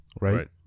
Right